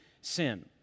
sin